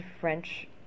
French